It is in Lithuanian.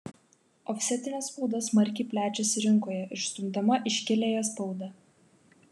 ofsetinė spauda smarkiai plečiasi rinkoje išstumdama iškiliąją spaudą